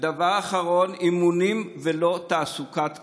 ודבר אחרון, אימונים ולא תעסוקת קורונה.